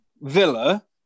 Villa